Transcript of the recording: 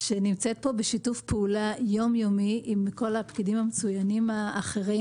שנמצאת פה בשיתוף פעולה יום-יומי עם כל הפקידים המצוינים האחרים,